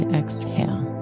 exhale